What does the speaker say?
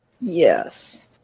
Yes